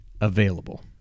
available